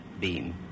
beam